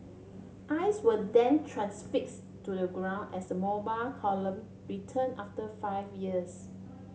eyes were then transfix to the ground as the Mobile Column return after five years